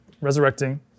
resurrecting